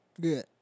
Good